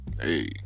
Hey